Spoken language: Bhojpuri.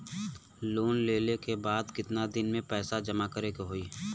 लोन लेले के बाद कितना दिन में पैसा जमा करे के होई?